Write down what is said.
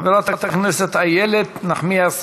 חברת הכנסת איילת נחמיאס